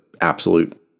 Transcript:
absolute